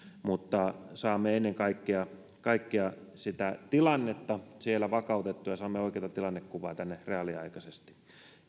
mutta saamme ennen kaikkea kaikkea sitä tilannetta siellä vakautettua ja saamme oikeata tilannekuvaa tänne reaaliaikaisesti